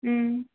ம்